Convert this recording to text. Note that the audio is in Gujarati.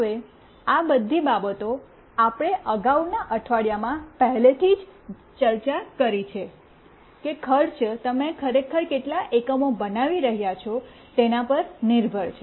હવે આ બધી બાબતો આપણે અગાઉના અઠવાડિયામાં પહેલેથી જ ચર્ચા કરી છે કે ખર્ચ તમે ખરેખર કેટલા એકમો બનાવી રહ્યા છો તેના પર નિર્ભર છે